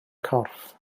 corff